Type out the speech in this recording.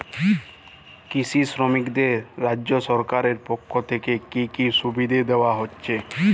কৃষি শ্রমিকদের রাজ্য সরকারের পক্ষ থেকে কি কি সুবিধা দেওয়া হয়েছে?